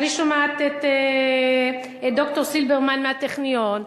אני שומעת את ד"ר סילברמן מהטכניון.